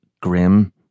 grim